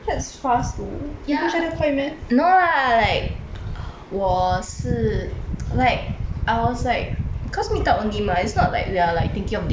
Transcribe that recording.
ya no ah like 我是 like I was like cause meet up only mah is not like we are like thinking of dating or anything